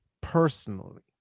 personally